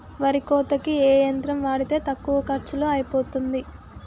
వరి కోతకి ఏ యంత్రం వాడితే తక్కువ ఖర్చులో అయిపోతుంది?